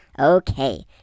Okay